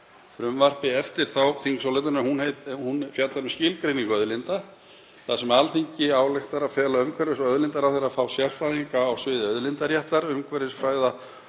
frumvarpi eftir þá þingsályktun — en hún fjallar um skilgreiningu auðlinda þar sem Alþingi ályktar að fela umhverfis- og auðlindaráðherra að fá sérfræðinga á sviði auðlindaréttar, umhverfisfræða